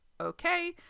okay